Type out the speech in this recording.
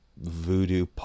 voodoo